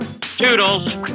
toodles